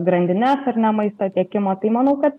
grandines ar ne maisto tiekimo tai manau kad